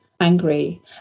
angry